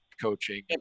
coaching